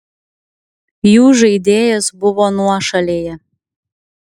jų žaidėjas buvo nuošalėje